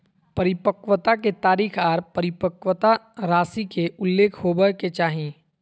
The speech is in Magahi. परिपक्वता के तारीख आर परिपक्वता राशि के उल्लेख होबय के चाही